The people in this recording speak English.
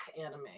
anime